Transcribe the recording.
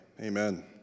amen